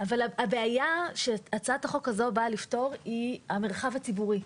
הבעיה שהצעת החוק הזאת באה לפתור היא המרחב הציבורי.